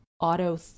auto